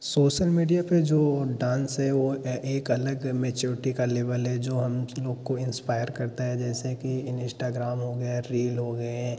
social media पर जो dance है वह एक अलग मैच्योरटि का लेवल है जो हम लोग को इंस्पायर करता हैं जैसे कि इन इंस्टाग्राम हो गया रील हो गए